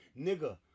Nigga